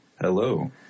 Hello